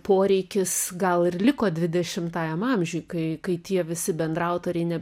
poreikis gal ir liko dvidešimtajam amžiuj kai kai tie visi bendraautoriai ne